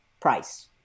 price